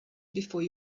before